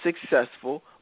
successful